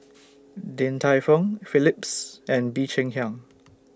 Din Tai Fung Phillips and Bee Cheng Hiang